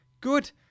good